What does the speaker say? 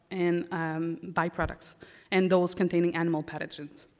and um bi-products and those containing animal pathogens.